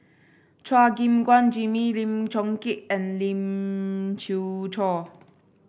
Chua Gim Guan Jimmy Lim Chong Keat and Lee Siew Choh